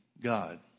God